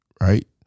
right